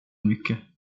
mycket